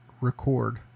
record